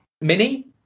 Mini